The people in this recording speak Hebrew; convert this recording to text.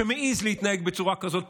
שמעז להתנהג בצורה כזאת,